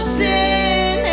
sin